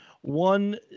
One